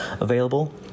available